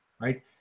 right